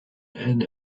and